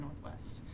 Northwest